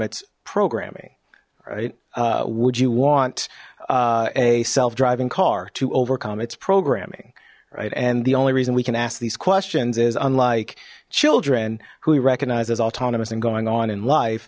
its programming right would you want a self driving car to overcome its programming right and the only reason we can ask these questions is unlike children who he recognized as autonomous and going on in life